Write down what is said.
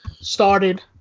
Started